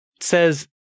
says